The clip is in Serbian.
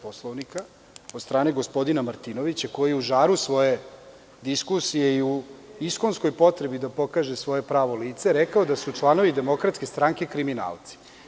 Poslovnika od strane gospodina Martinovića, koji je u žaru svoje diskusije i u iskonskoj potrebi da pokaže svoje pravo lice rekao da su članovi DS kriminalci.